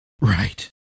Right